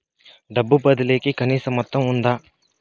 డబ్బు బదిలీ కి కనీస మొత్తం ఉందా?